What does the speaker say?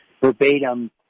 verbatim